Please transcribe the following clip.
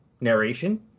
narration